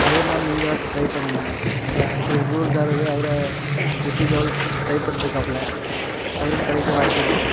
அதே மாதிரி நீங்கள் டிரை பண்ணுங்க இப்போ அடுத்து எங்கள் ஊருக்காரரு அவர் டிஸ்டிரிக் லெவலில் டிரை பண்ட்ருக்காப்புல அவருக்கு கிடைக்க வாய்ப்பு இருக்குது